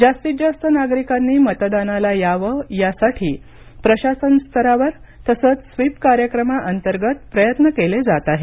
जास्तीत जास्त नागरिकांनी मतदानाला यावे यासाठी प्रशासन स्तरावर तसंच स्विप कार्यक्रमाअंतर्गत प्रयत्न केले जात आहेत